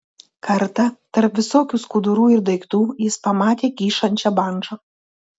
kartą tarp visokių skudurų ir daiktų jis pamatė kyšančią bandžą